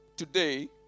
Today